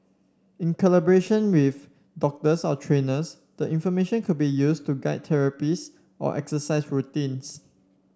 in collaboration with doctors or trainers the information could be used to guide therapies or exercise routines